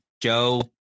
Joe